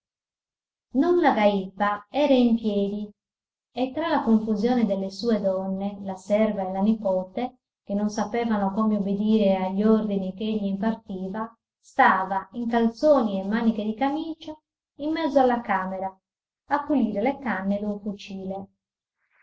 entrò don lagàipa era in piedi e tra la confusione delle sue donne la serva e la nipote che non sapevano come obbedire agli ordini ch'egli impartiva stava in calzoni e maniche di camicia in mezzo alla camera a pulire le canne